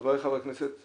חבריי חברי הכנסת,